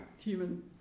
human